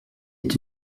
est